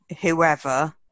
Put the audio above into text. whoever